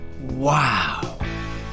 wow